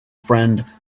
friend